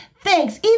thanks